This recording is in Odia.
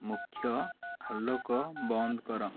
ମୁଖ୍ୟ ଆଲୋକ ବନ୍ଦ କର